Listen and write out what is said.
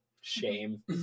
Shame